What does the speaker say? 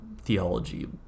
theology